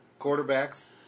quarterbacks